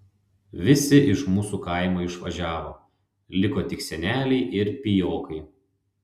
visi iš mūsų kaimo išvažiavo liko tik seneliai ir pijokai